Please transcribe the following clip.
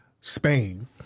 Spain